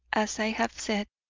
as i have said,